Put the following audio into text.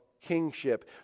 kingship